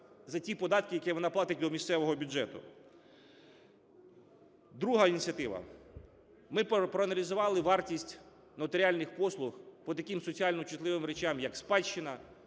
за ті податки, які вона платить до місцевого бюджету. Друга ініціатива. Ми проаналізували вартість нотаріальних послуг по таким соціально чутливим речам як спадщина,